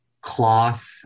cloth